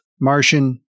Martian